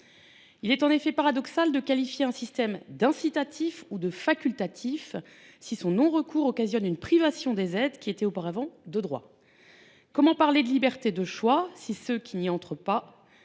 Il est en effet paradoxal de qualifier un système d’incitatif ou de facultatif si le fait de ne pas y recourir occasionne une privation d’aides qui étaient auparavant de droit. Comment parler de liberté de choix si ceux qui n’intègrent pas